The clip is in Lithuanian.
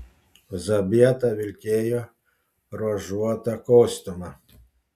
zabieta vilkėjo ruožuotą kostiumą